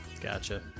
gotcha